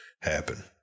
happen